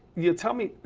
you tell me,